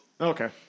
Okay